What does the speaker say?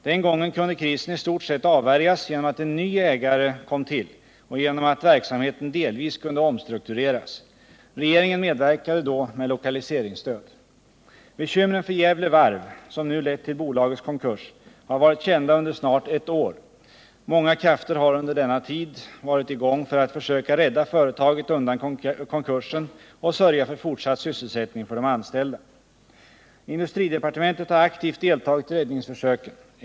Den gången kunde krisen i stort sett avvärjas genom att en ny ägare kom till och genom att verksamheten delvis kunde omstruktureras. Regeringen medverkade då med lokaliseringsstöd. Bekymren för Gävle Varv, som nu lett till bolagets konkurs, har varit kända under snart ett år. Många krafter har under denna tid varit i gång för att försöka rädda företaget undan konkursen och sörja för fortsatt sysselsättning för de anställda. Industridepartementet har aktivt deltagit i räddningsförsöken.